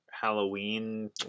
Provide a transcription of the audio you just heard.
Halloween